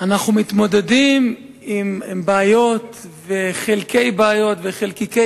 אנחנו מתמודדים עם בעיות וחלקי בעיות וחלקיקי